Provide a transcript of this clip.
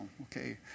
okay